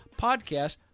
podcast